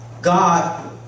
God